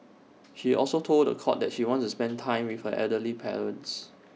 she also told The Court that she wants to spend time with her elderly parents